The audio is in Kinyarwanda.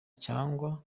cyangwa